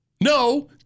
No